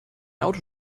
auto